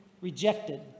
rejected